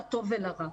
לטוב ולרע.